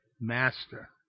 Master